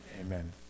Amen